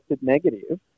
negative